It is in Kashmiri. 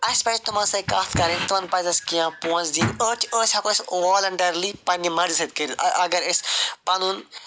اَسہِ پَزِ تِمن سۭتۍ کَتھ کَرٕنۍ تِمن پَزِ اَسہِ کیٚنٛہہ پۅنٛسہٕ دِنۍ أتھۍ أسۍ ہٮ۪کو کیٚنٛہہ والنٹیرلی پنٕنہِ مرضی سٍتۍ کٔرِتھ اگر أسۍ پنُن